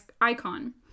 icon